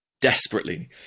Desperately